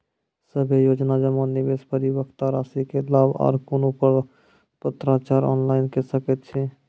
सभे योजना जमा, निवेश, परिपक्वता रासि के लाभ आर कुनू पत्राचार ऑनलाइन के सकैत छी?